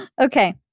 Okay